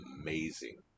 amazing